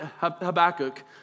Habakkuk